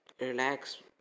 relax